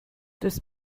das